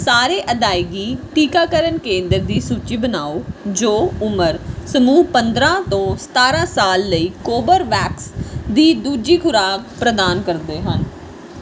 ਸਾਰੇ ਅਦਾਇਗੀ ਟੀਕਾਕਰਨ ਕੇਂਦਰ ਦੀ ਸੂਚੀ ਬਣਾਓ ਜੋ ਉਮਰ ਸਮੂਹ ਪੰਦਰ੍ਹਾਂ ਤੋਂ ਸਤਾਰ੍ਹਾਂ ਸਾਲ ਲਈ ਕੋਬਰਵੈਕਸ ਦੀ ਦੂਜੀ ਖੁਰਾਕ ਪ੍ਰਦਾਨ ਕਰਦੇ ਹਨ